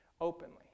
openly